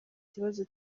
kibazo